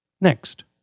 Next